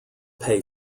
pay